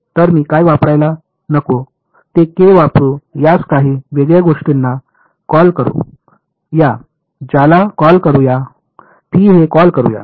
तर मी काय वापरायला नको ते k वापरु यास काही वेगळ्या गोष्टींनी कॉल करू या ज्याला कॉल करू या p हे कॉल करू या